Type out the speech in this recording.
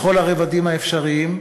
בכל הרבדים האפשריים,